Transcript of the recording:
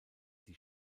die